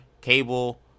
Cable